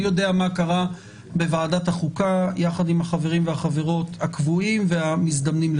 אני יודע מה קרה בוועדת החוקה יחד עם החברים והחברות הקבועים והמזדמנים.